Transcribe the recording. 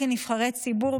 כנבחרי ציבור,